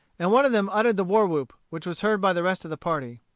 and one of them uttered the war-whoop which was heard by the rest of the party.